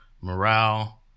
morale